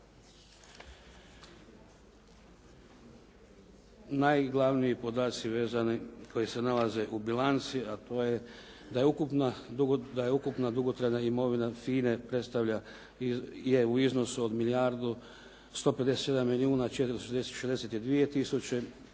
Najglavniji podaci vezani koji se nalaze u bilanci, a to je da je ukupna dugotrajna imovina FINA-e je u iznosu od milijardu 157 milijuna 462 tisuće.